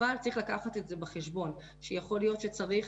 אבל צריך לקחת את זה בחשבון שיכול להיות שצריך,